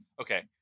Okay